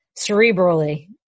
cerebrally